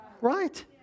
Right